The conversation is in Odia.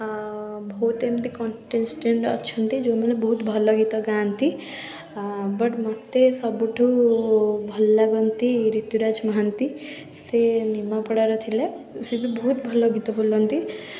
ହଁ ବହୁତ ଏମିତି କଣ୍ଟେଷ୍ଟେଣ୍ଟ୍ ଅଛନ୍ତି ଯେଉଁମାନେ ବହୁତ ଭଲ ଗୀତ ଗାଆନ୍ତି ଆ ବଟ୍ ମୋତେ ସବୁଠୁ ଭଲ ଲାଗନ୍ତି ରିତୁରାଜ ମହାନ୍ତି ସେ ନିମାପଡ଼ାର ଥିଲେ ସେ ବି ବହୁତ ଭଲ ଗୀତ ବୋଲନ୍ତି